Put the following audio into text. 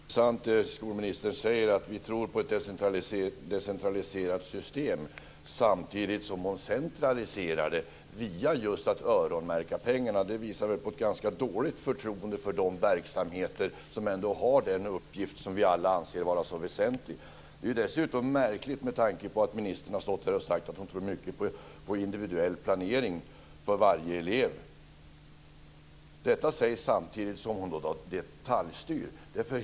Herr talman! Det var intressant att skolministern sade att hon tror på ett decentraliserat system samtidigt som hon centraliserar det genom att just öronmärka pengarna. Det visar väl på ett ganska dåligt förtroende för de verksamheter som ändå har den uppgift som vi alla anser vara så väsentlig. Det är dessutom märkligt med tanke på att ministern har stått här och sagt att hon tror mycket på individuell planering för varje elev. Detta sägs samtidigt som hon detaljstyr.